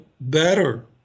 better